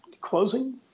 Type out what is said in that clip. closing